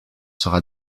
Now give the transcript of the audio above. sera